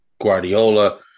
Guardiola